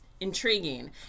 intriguing